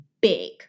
big